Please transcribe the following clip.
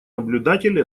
наблюдатель